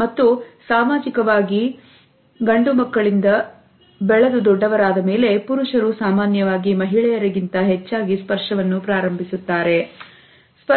ಮತ್ತು ಸಾಮಾಜಿಕವಾಗಿ ಗಳಿಂದಾಗಿ ಬೆಳೆದು ದೊಡ್ಡವರಾದ ಮೇಲೆ ಪುರುಷರು ಸಾಮಾನ್ಯವಾಗಿ ಮಹಿಳೆಯರಿಗಿಂತ ಹೆಚ್ಚಾಗಿ ಸ್ಪರ್ಶವನ್ನು ಪ್ರಾರಂಭಿಸುತ್ತಾರೆ ಎಂಬುದು